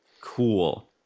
cool